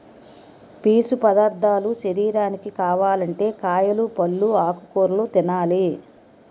పీసు పదార్ధాలు శరీరానికి కావాలంటే కాయలు, పల్లు, ఆకుకూరలు తినాలి